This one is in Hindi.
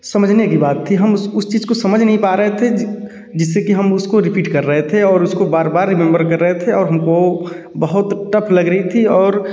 समझने की बात थी हम उस उस चीज को समझ नहीं पा रहे थे जिससे कि हम उसको रिपीट कर रहे थे और उसको बार बार रिमेम्बर कर रहे थे और हमको वो बहुत टफ लग रही थी और